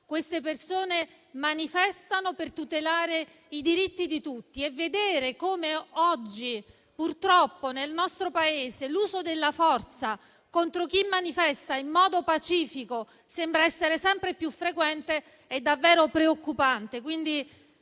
queste persone manifestano per tutelare i diritti di tutti. Vedere come oggi, purtroppo, nel nostro Paese l'uso della forza contro chi manifesta in modo pacifico sembra essere sempre più frequente è davvero preoccupante.